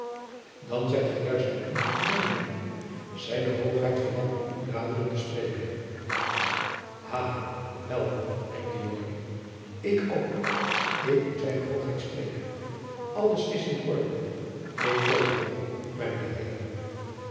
dan zijt gij juist de man dien wij zoeken z hoogh verlangt u zoo dadelijk te spreken ha welkom riep de jongeling ik ook ik moet zijne hoogheid spreken alles is in orde ik volg u mijne heeren